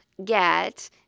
get